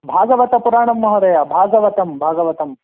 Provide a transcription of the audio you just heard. भागवतपुराणं महोदय भागवतं भागवतम्